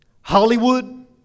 Hollywood